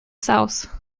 south